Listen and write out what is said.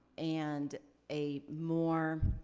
and a more,